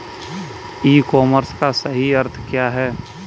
ई commerce का सही अर्थ क्या है?